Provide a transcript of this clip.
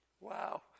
Wow